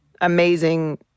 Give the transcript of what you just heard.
amazing